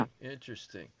Interesting